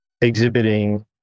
exhibiting